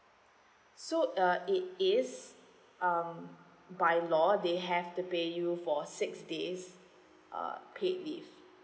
so uh it is um by law they have to pay you for six days uh paid leave